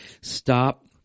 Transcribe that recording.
Stop